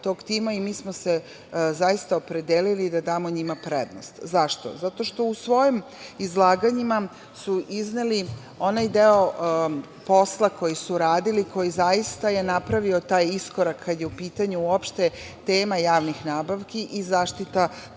tog tima. Mi smo se zaista opredelili da damo njima prednost.Zašto? Zato što u svojim izlaganjima su izneli onaj deo posla koji su radili i koji zaista je napravio taj iskorak kad je u pitanju uopšte tema javnih nabavki i zaštita